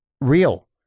real